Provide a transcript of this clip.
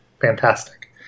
fantastic